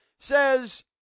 says